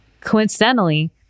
Coincidentally